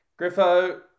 Griffo